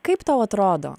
kaip tau atrodo